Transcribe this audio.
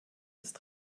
ist